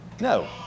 No